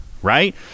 Right